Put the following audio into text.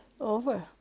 over